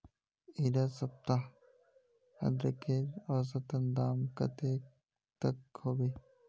इडा सप्ताह अदरकेर औसतन दाम कतेक तक होबे?